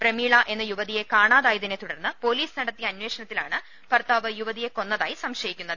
പ്രമീള എന്ന യുവതിയെ കാണാ തുടർന്ന് പ്രാപൊലീസ് നടിത്തിയ തായ തിനെ അന്വേഷണത്തിലാണ് ഭർത്താവ് യുവതിയെ കൊന്നതായി സംശ യിക്കുന്നത്